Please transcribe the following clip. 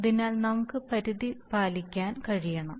അതിനാൽ നമുക്ക് പരിധി പാലിക്കാൻ കഴിയണം